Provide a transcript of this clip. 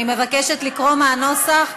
אני מבקשת לקרוא את השאלה מהנוסח,